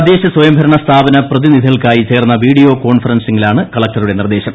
തദ്ദേശസ്വയംഭരണ സ്ഥാപന പ്രതിനിധികൾക്കായി ചേർന്ന വീഡിയോ കോൺഫറൻസിലാണ് കളക്ടറുടെ നിർദേശം